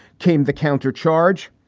came the countercharge.